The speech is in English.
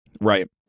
Right